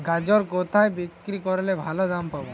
গাজর কোথায় বিক্রি করলে ভালো দাম পাব?